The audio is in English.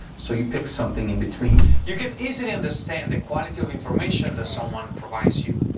so you pick something in between. you can easily understand the quality of information that someone provides you.